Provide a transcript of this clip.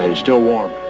still warm.